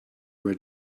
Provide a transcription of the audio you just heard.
where